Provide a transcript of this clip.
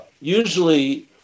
usually